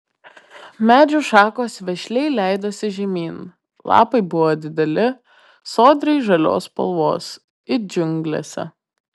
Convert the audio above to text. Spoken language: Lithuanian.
medžių šakos vešliai leidosi žemyn lapai buvo dideli sodriai žalios spalvos it džiunglėse